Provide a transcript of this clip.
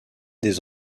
des